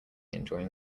enjoying